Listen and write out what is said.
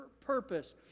purpose